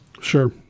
Sure